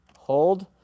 Hold